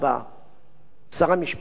המשפטים באותה תקופה היה מאיר שטרית.